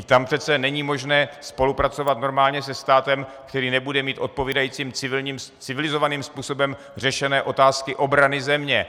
Tam přece není možné spolupracovat normálně se státem, který nebude mít odpovídajícím civilizovaným způsobem řešené otázky obrany země.